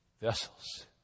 vessels